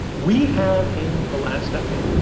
we have in the last decade,